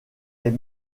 est